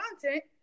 content